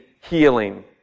healing